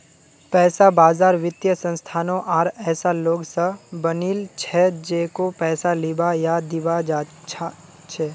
पैसा बाजार वित्तीय संस्थानों आर ऐसा लोग स बनिल छ जेको पैसा लीबा या दीबा चाह छ